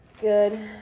Good